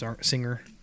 singer